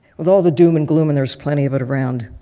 with all the doom and gloom, and there's plenty of it around,